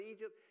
Egypt